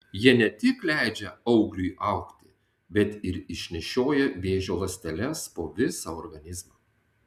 jie ne tik leidžia augliui augti bet ir išnešioja vėžio ląsteles po visą organizmą